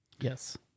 Yes